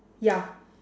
ya